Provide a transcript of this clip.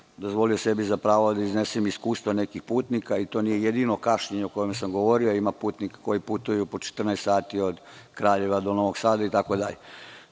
dozvolio sebi za pravo da iznesem iskustva nekih putnika i to nije jedino kašnjenje o čemu sam govorio, jer ima putnika koji putuju po 14 sati od Kraljeva do Novog Sada. To